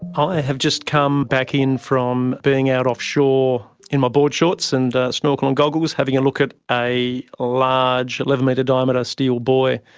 i have just come back in from being out offshore in my board shorts and snorkel and goggles, having a look at a large eleven metre diameter steel buoy,